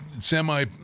semi